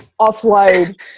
offload